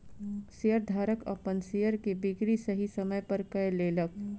शेयरधारक अपन शेयर के बिक्री सही समय पर कय लेलक